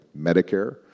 Medicare